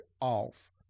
off